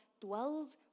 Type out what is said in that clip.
dwells